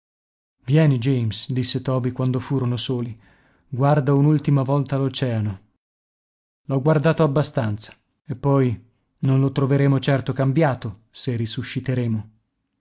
vieni james disse toby quando furono soli guarda un'ultima volta l'oceano l'ho guardato abbastanza e poi non lo troveremo certo cambiato se risusciteremo